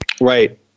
Right